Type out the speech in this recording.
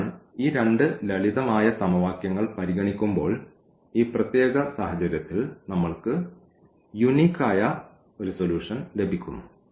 അതിനാൽ ഈ രണ്ട് ലളിതമായ സമവാക്യങ്ങൾ പരിഗണിക്കുമ്പോൾ ഈ പ്രത്യേക സാഹചര്യത്തിൽ നമ്മൾക്ക് യൂനിക് ആയ സൊല്യൂഷൻ ലഭിക്കുന്നു